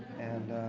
and